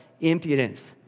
impudence